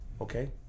okay